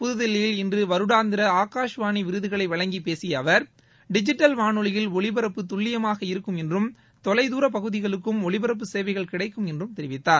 புத்தில்லியில் இன்று வருடாந்திர ஆகாஷ்வாணி விருதுகளை வழங்கி பேசிய அவர் டிஜிட்டல் வானொலியில் ஒலிபரப்பு துல்லியமாக இருக்கும் என்றும் தொலை தூர பகுதிகளுக்கும் ஒலிபரப்பு சேவைகள் கிடைக்கும் என்றும் தெரிவித்தார்